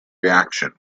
reaction